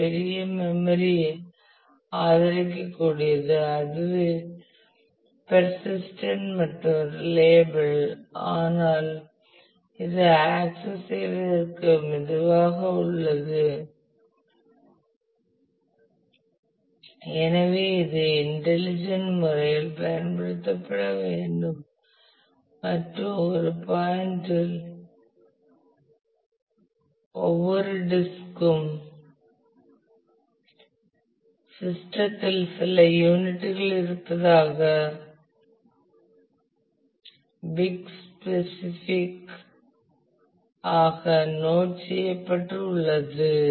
அது பெரிய மெம்மரி ஐ ஆதரிக்கக்கூடியது அது பேர்சிஸ்டன்ட் மற்றும் ரிலையபிள் ஆனால் இது ஆக்சஸ் செய்வதற்கு மெதுவாக உள்ளது எனவே இது இன்டெலிஜென்ட் முறையில் பயன்படுத்தப்பட வேண்டும் மற்றும் ஒரு பாயிண்டில் ஒவ்வொரு டிஸ்க்கும் சிஸ்டத்தில் சில யூனிட் இருப்பதாக பிக் ஸ்பிசிபிக் ஆக நோட் செய்யப்பட்டு உள்ளது